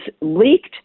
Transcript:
leaked